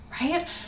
Right